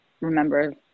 remember